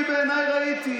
אני בעיניי ראיתי.